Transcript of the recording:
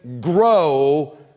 grow